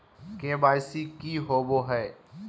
KYC की होबो है?